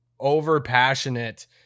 overpassionate